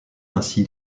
ainsi